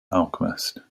alchemist